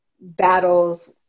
battles